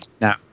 Now